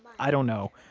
i don't know.